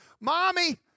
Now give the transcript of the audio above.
Mommy